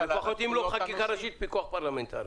לפחות, אם לא חקיקה ראשית פיקוח פרלמנטרי.